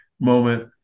moment